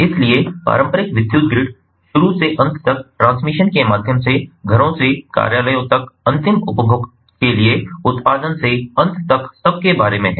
इसलिए पारंपरिक विद्युत ग्रिड शुरू से अंत तक ट्रांसमिशन के माध्यम से घरों से कार्यालयों तक अंतिम उपभोग के लिए उत्पादन से अंत तक सब के बारे में है